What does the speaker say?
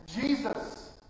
Jesus